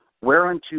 whereunto